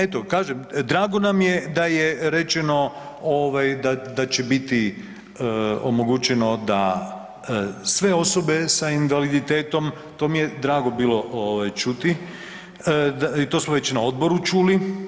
Eto, kažem, drago nam je da je rečeno da će biti omogućeno da sve osobe sa invaliditetom, to mi je bilo drago čuti i to smo već na odboru čuli.